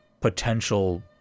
potential